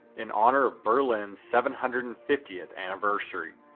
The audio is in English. in honor of berlin's seven hundred and fiftieth anniversary.